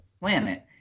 planet